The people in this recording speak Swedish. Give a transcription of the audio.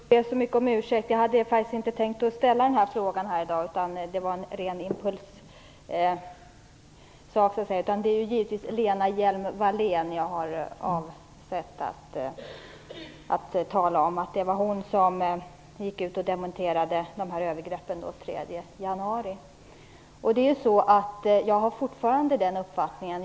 Fru talman! Jag ber så mycket om ursäkt. Jag hade faktiskt inte tänkt att ställa denna fråga här i dag. Det var en ren impuls. Det är givetvis Lena Hjelm-Wallén jag har avsett att tala om. Det var hon som gick ut och dementerade övergreppen den 3 januari. Jag har fortfarande den uppfattningen.